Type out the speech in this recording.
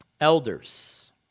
Elders